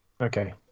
Okay